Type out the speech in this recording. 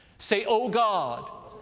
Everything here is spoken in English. say, oh, god.